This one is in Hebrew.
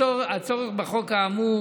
הצורך בחוק האמור